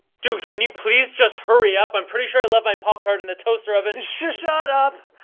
dude, can you please just hurry up? i'm pretty sure i left my pop tart in the toaster oven. sh-shut up!